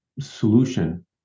solution